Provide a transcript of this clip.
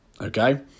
okay